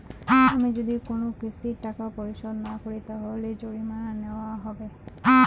আমি যদি কোন কিস্তির টাকা পরিশোধ না করি তাহলে কি জরিমানা নেওয়া হবে?